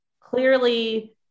clearly